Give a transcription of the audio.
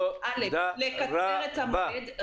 לקצר את המועד.